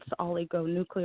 oligonucleotide